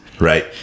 Right